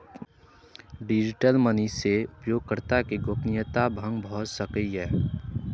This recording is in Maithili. डिजिटल मनी सं उपयोगकर्ता के गोपनीयता भंग भए सकैए